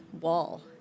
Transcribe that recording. wall